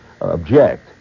object